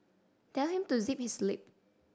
tell him to zip his lip